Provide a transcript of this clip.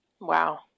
Wow